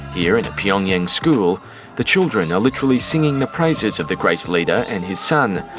here in a pyongyang school the children are literally singing the praises of the great leader and his son.